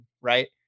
Right